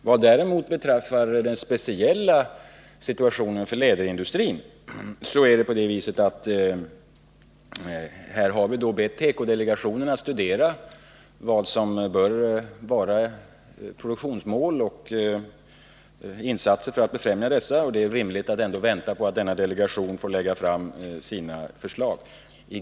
Vad däremot beträffar den speciella situationen för läderindustrin kan sägas att vi härvidlag bett tekodelegationen att studera vad som bör vara ett produktionsmål och vilka åtgärder vi bör vidta för att främja förverkligandet av detta. Det är då rimligt att vänta på att denna delegation får lägga fram sina förslag.